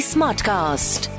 Smartcast